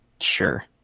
sure